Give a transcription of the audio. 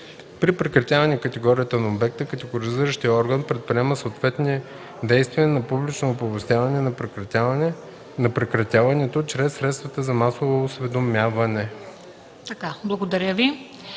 При прекратяване категорията на обекта категоризиращият орган предприема съответни действия за публично оповестяване на прекратяването чрез средствата за масово осведомяване.”